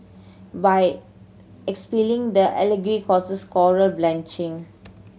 by expelling the algae causes coral bleaching